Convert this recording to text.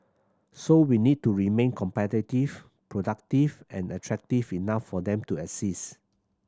so we need to remain competitive productive and attractive enough for them to exist